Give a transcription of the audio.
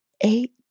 eight